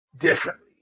differently